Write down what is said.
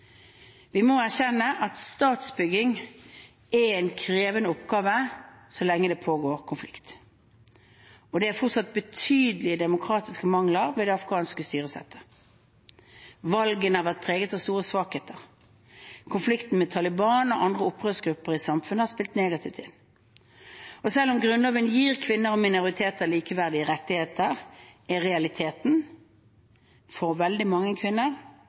Vi må erkjenne at statsbygging er en krevende oppgave så lenge det pågår konflikt. Det er fortsatt betydelige demokratiske mangler ved det afghanske styresettet. Valgene har vært preget av store svakheter. Konflikten med Taliban og andre opprørsgrupper i samfunnet har spilt negativt inn. Selv om grunnloven gir kvinner og minoriteter likeverdige rettigheter, er realiteten for veldig mange kvinner